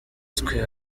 twe